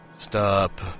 Stop